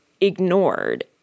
ignored